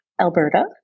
Alberta